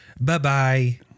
Bye-bye